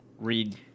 read